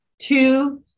Two